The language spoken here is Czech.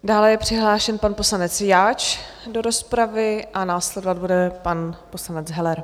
Dále je přihlášen pan poslanec Jáč do rozpravy a následovat bude pan poslanec Heller.